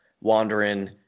wandering